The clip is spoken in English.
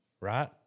right